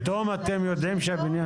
פתאום אתם יודעים שהבניין הוא מסוכן?